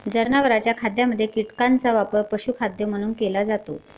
जनावरांच्या खाद्यामध्ये कीटकांचा वापर पशुखाद्य म्हणून केला जातो